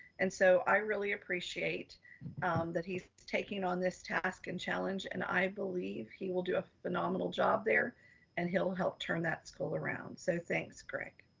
and so i really appreciate that he's taking on this task and challenge, and i believe he will do a phenomenal job there and he'll help turn that school around. so thanks, greg.